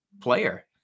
player